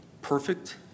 perfect